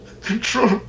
Control